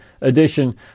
edition